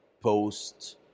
post